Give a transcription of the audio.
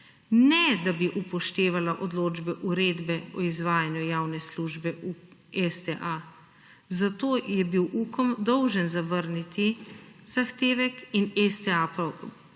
ne da bi upoštevala odločbe uredbe o izvajanju javne službe STA. Zato je bil UKOM dolžen zavrniti zahtevek in STA zaprosil